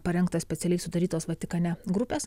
parengtas specialiai sudarytos vatikane grupės